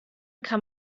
kann